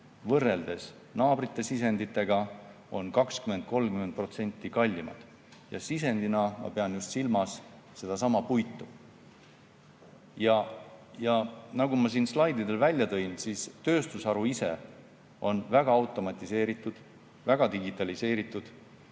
võrreldes naabrite sisenditega 20–30% kallimad. Sisendi all pean ma silmas just sedasama puitu. Nagu ma siin slaididel välja tõin, siis tööstusharu ise on väga automatiseeritud, väga digitaliseeritud,